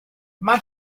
mae